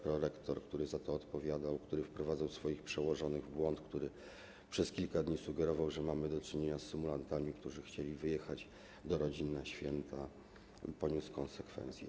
Prorektor, który za to odpowiadał, który wprowadzał swoich przełożonych w błąd, który przez kilka dni sugerował, że mamy do czynienia z symulantami, którzy chcieli wyjechać do rodzin na święta, poniósł konsekwencje.